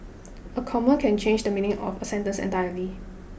a comma can change the meaning of a sentence entirely